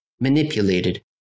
manipulated